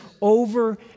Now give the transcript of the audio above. over